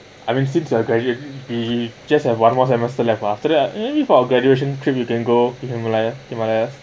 I mean since I've graduated we just have one more semester left ah after that our graduation trip we can go we can go layas~ himalaya's